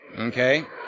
Okay